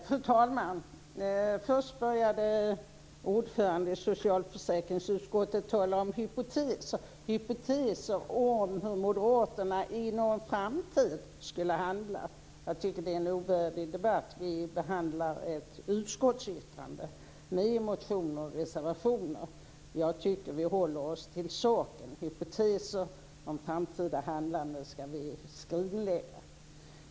Fru talman! Först började ordföranden i socialförsäkringsutskottet tala om hypoteser, hypoteser om hur moderaterna skulle handla i en framtid. Jag tycker att det är en ovärdig debatt. Vi behandlar ett utskottsyttrande med motioner och reservationer. Jag tycker att vi håller oss till saken. Hypoteser om framtida handlande ska vi skrinlägga.